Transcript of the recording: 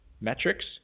Metrics